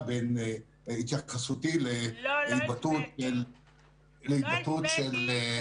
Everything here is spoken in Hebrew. בין התייחסותי להתבטאות של -- לא,